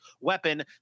weapon